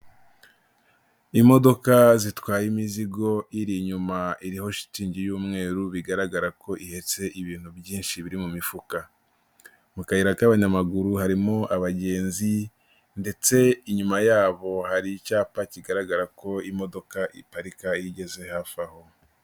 Imodoka zitwaye imizigo, iri inyuma iriho shitingi y'umweru, bigaragara ko ihetse ibintu byinshi biri mu mifuka. Mu kayira k'abanyamaguru harimo abagenzi ndetse inyuma yabo hari icyapa kigaragara ko imodoka iparika iyo igeze hafi aho.